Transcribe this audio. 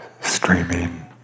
streaming